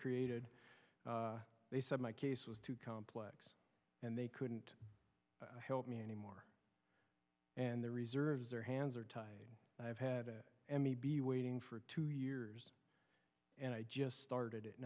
created they said my case was too complex and they couldn't help me anymore and the reserves their hands are tied i have had a m e b waiting for two years and i just started it